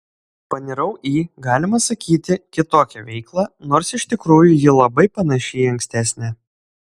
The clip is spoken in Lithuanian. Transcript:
panirau į galima sakyti kitokią veiklą nors iš tikrųjų ji labai panaši į ankstesnę